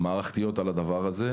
מערכתיות על הדבר הזה.